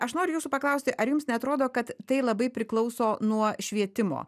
aš noriu jūsų paklausti ar jums neatrodo kad tai labai priklauso nuo švietimo